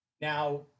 now